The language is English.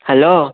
hello